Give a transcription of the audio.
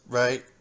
right